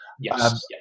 Yes